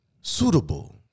suitable